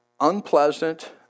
unpleasant